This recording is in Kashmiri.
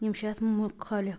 یِم چھِ اتھ مُخٲلف